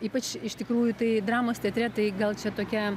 ypač iš tikrųjų tai dramos teatre tai gal čia tokia